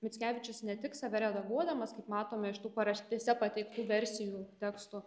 mickevičius ne tik save redaguodamas kaip matome iš tų paraštėse pateiktų versijų tekstų